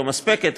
לא מספקת,